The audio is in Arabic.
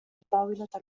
الطاولة